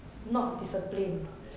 not disciplined